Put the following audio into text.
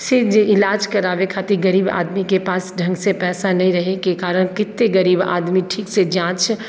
से जे इलाज कराबै खातिर गरीब आदमीके पास ढङ्गसँ पैसा नहि रहैके कारण कतेक गरीब आदमी ठीकसँ जाँच